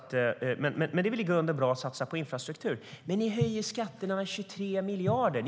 Det är i grunden bra att satsa på infrastruktur, men ni höjer skatterna med 23 miljarder.